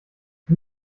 die